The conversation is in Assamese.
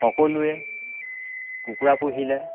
সকলোৱে কুকুৰা পুহিলে